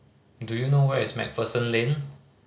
do you know where is Macpherson Lane